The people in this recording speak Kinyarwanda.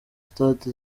stade